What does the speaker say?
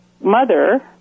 mother